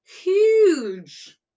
huge